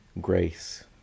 grace